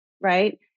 right